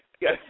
Yes